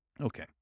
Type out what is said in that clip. Okay